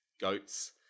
goats